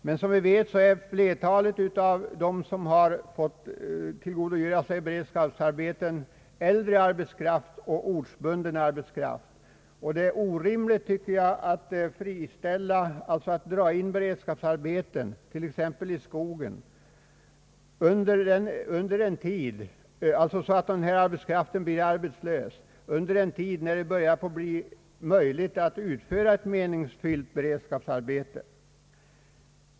Men som vi vet är flertalet av dem som har fått tillgodogöra sig beredskapsarbete äldre och ortsbunden arbetskraft. Jag tycker att det är orimligt att dra in beredskapsarbeten t.ex. i skogen med resultat att denna arbetskraft blir arbetslös under en tid när det börjar bli möjligt att utföra ett meningsfyllt beredskapsarbete.